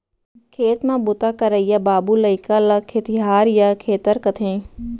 खेत म बूता करइया बाबू लइका ल खेतिहार या खेतर कथें